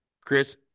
Chris